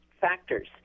factors